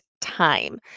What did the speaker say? time